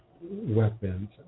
weapons